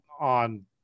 on